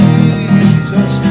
Jesus